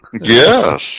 Yes